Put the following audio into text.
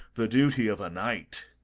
the duty of a knight.